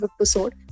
episode